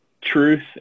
truth